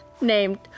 named